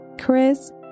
Chris